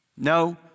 No